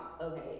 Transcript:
okay